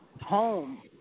home